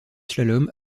slalom